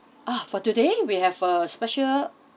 uh for today we have a special